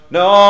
no